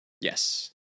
Yes